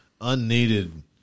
unneeded